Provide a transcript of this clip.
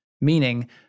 meaning